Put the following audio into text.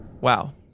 Wow